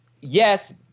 Yes